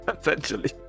essentially